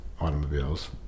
automobiles